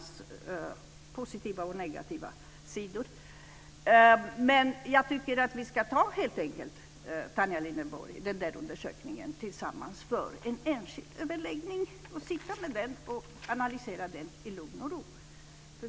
Fru talman! Jag har reflekterat mycket över stormarknadernas positiva och negativa sidor. Jag tycker att Tanja Linderborg och jag vid en enskild överläggning ska titta igenom denna undersökning. Vi ska analysera den i lugn och ro.